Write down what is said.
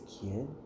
kid